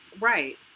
Right